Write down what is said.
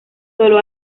solo